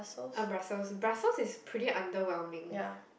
uh Brussels Brussels is pretty underwhelming